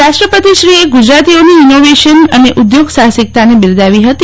રાષ્ટ્રપતિશ્રીએ ગુજરાતીઓની ઇનોવેશન અને ઉદ્યોગ સાહસિકતાને બિરદાવી હતી